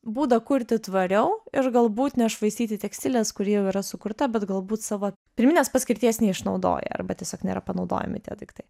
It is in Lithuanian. būdą kurti tvariau ir galbūt nešvaistyti tekstilės kuri jau yra sukurta bet galbūt savo pirminės paskirties neišnaudoja arba tiesiog nėra panaudojami tie daiktai